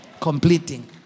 completing